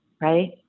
right